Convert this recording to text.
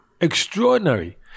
Extraordinary